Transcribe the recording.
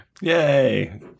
Yay